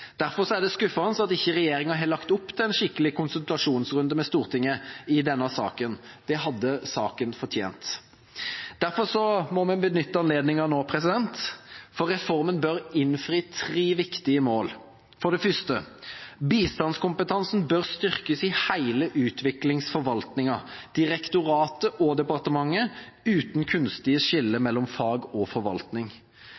Derfor er det skuffende at ikke regjeringa har lagt opp til en skikkelig konsultasjonsrunde med Stortinget i denne saken. Det hadde saken fortjent. Derfor må vi benytte anledningen nå, for reformen bør innfri tre viktige mål. For det første: Bistandskompetansen bør styrkes i hele utviklingsforvaltningen, direktoratet og departementet, uten kunstige skiller